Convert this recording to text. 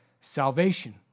salvation